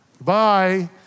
Bye